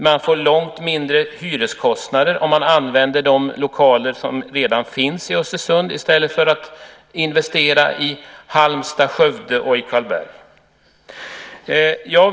Det blir långt mindre hyreskostnader om man använder de lokaler som redan finns i Östersund i stället för att investera i Halmstad, Skövde och Karlberg.